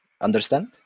Understand